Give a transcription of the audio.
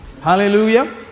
Hallelujah